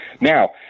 Now